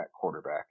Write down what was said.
quarterback